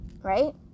right